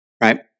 Right